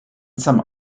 some